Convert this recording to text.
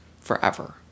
forever